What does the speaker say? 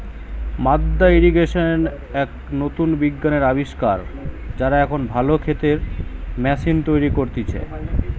মাদ্দা ইর্রিগেশন এক নতুন বিজ্ঞানের আবিষ্কার, যারা এখন ভালো ক্ষেতের ম্যাশিন তৈরী করতিছে